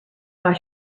while